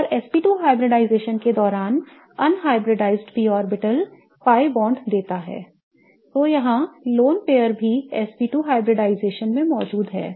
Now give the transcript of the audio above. और sp2 hybridization के दौरान unhybridized p orbital pi bond देता है I तो यहां lone pair भी sp2 hybridization में मौजूद है